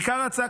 עיקר ההצעה,